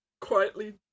quietly